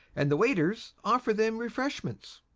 and the waiters offer them refreshments.